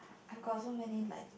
I've got so many like